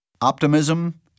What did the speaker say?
Optimism